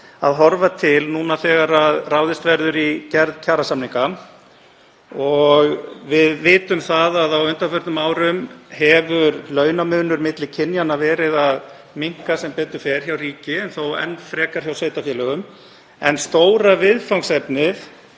að horfa til núna þegar ráðist verður í gerð kjarasamninga. Við vitum að á undanförnum árum hefur launamunur milli kynjanna verið að minnka hjá ríki, sem betur fer, en þó enn frekar hjá sveitarfélögum. En stóra viðfangsefnið